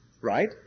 Right